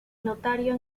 notario